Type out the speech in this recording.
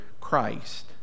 Christ